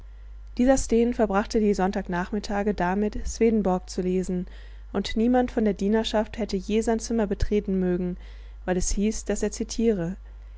dieser sten verbrachte die sonntag nachmittage damit swedenborg zu lesen und niemand von der dienerschaft hätte je sein zimmer betreten mögen weil es hieß daß er zitiere